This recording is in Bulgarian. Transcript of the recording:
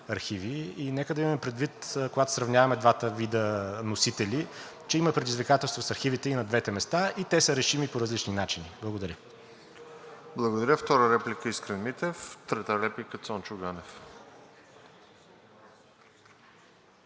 и нека да имаме предвид, когато сравняваме двата вида носители, че има предизвикателства с архивите и на двете места, и те са решими по различни начини. Благодаря. ПРЕДСЕДАТЕЛ РОСЕН ЖЕЛЯЗКОВ: Благодаря. Втора реплика – Искрен Митев, трета реплика – Цончо Ганев.